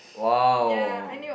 !wow!